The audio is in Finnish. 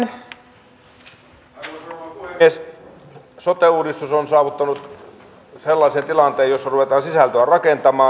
sote uudistus on saavuttanut sellaisen tilanteen jossa ruvetaan sisältöä rakentamaan